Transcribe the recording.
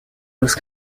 was